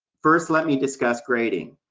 first, let me discuss grading.